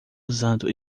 usando